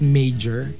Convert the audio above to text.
major